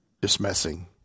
Dismissing